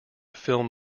film